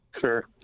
Sure